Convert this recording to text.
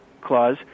clause